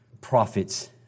prophets